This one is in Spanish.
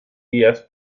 vías